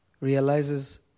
Realizes